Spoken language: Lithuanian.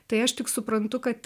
tai aš tik suprantu kad